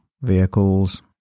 vehicles